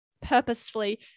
purposefully